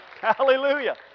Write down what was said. Hallelujah